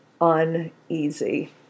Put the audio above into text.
uneasy